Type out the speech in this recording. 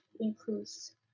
includes